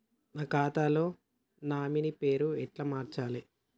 నా ఖాతా లో నామినీ పేరు ఎట్ల మార్చాలే?